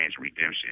redemption